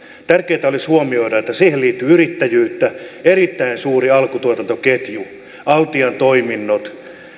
tärkeätä olisi huomioida että siihen liittyy yrittäjyyttä erittäin suuri alkutuotantoketju altian toiminnot